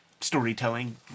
storytelling